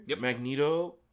Magneto